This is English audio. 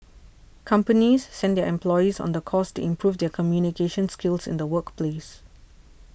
companies send their employees on the course to improve their communication skills in the workplace